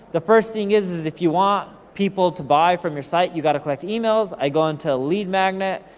the first thing is, is if you want people to buy from your site, you gotta collect emails. i go into a lead magnet.